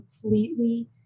completely